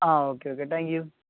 uh okay okay thank you